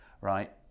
right